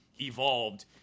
evolved